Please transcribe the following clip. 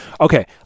Okay